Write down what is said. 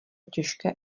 těžké